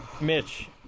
Mitch